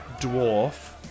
dwarf